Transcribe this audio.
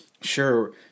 sure